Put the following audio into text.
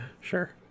Sure